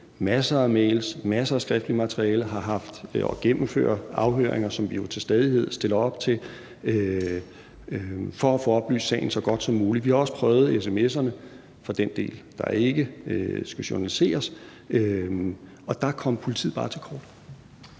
masser af mails, masser af skriftligt materiale og gennemfører afhøringer, som vi jo til stadighed stiller op til for at få oplyst sagen så godt som muligt. Vi har også prøvet sms'erne for den del, at der ikke skal journaliseres, og der kom politiet bare til kort.